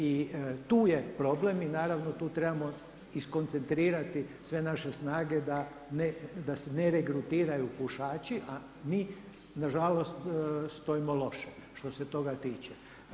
I tu je problem i naravno tu trebamo iskoncentrirati sve naše snage da se ne regrutiraju pušaći a mi nažalost stojimo loše što se toga tiče.